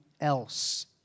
else